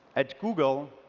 at google,